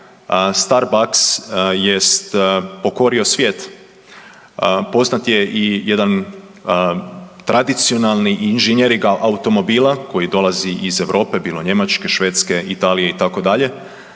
Starbucks jest pokorio svijet, poznat je i jedan tradicionalni inženjeringa automobila koji dolazi iz Europe, bilo Njemačke, Švedske, Italije, itd.,